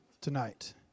tonight